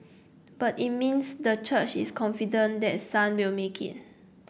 but it means the church is confident that Sun will make it